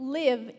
live